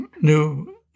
New